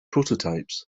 prototypes